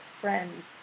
friends